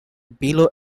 below